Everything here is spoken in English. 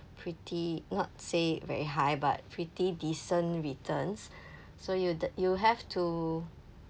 pretty not to say very high but pretty decent returns so you th~ you have to